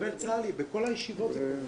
ארבל, צר לי, בכל הישיבות זה קורה ובכל הוועדות.